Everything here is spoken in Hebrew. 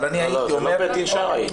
זה לא בית דין שרעי.